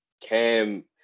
Cam